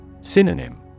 Synonym